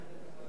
נגד